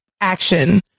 action